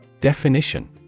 Definition